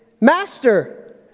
Master